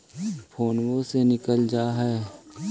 फोनवो से निकल जा है?